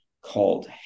called